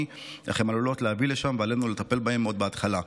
אך עלולות להביא לשם ועלינו לטפל בהן עוד בהתחלה.